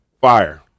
Fire